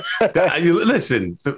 listen